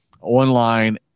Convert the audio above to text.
online